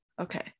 Okay